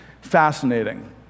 fascinating